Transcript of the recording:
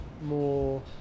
more